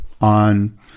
on